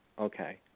Okay